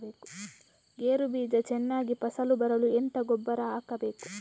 ಗೇರು ಬೀಜ ಚೆನ್ನಾಗಿ ಫಸಲು ಬರಲು ಎಂತ ಗೊಬ್ಬರ ಹಾಕಬೇಕು?